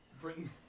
Britain